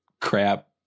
crap